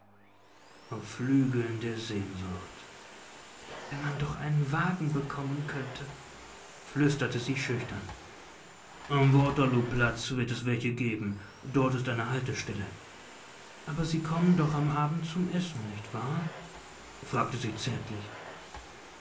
auf flügeln der sehnsucht wenn man doch einen wagen bekommen könnte flüsterte sie schüchtern am waterlooplatz wird es welche geben dort ist eine haltestelle aber sie kommen doch am abend zum essen nicht wahr fragte sie zärtlich